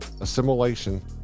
assimilation